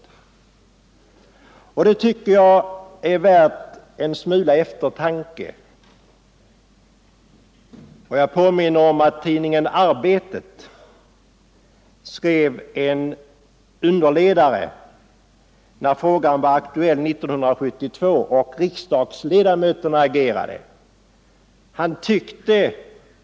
Detta tycker jag är värt en smula eftertanke. Jag påminner om att tidningen Arbetet skrev en underledare när riksdagsledamöter agerade i frågan i samband med att denna var aktuell år 1972.